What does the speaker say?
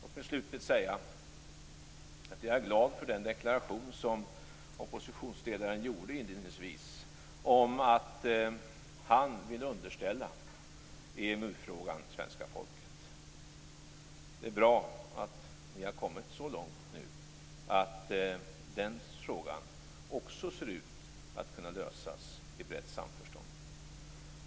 Låt mig slutligen säga att jag är glad för den deklaration som oppositionsledaren gjorde inledningsvis om att han vill underställa EMU-frågan svenska folket. Det är bra att ni har kommit så långt att den frågan också ser ut att kunna lösas i brett samförstånd.